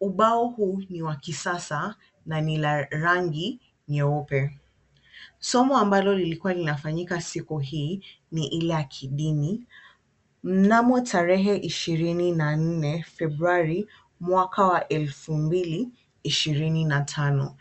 Ubao huu ni wa kisasa na ni la rangi nyeupe. Somo ambalo lilikuwa linafanyika siku hii ni ile ya kidini, mnamo tarehe 24 Februari mwaka wa 2025.